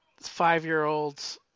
five-year-old's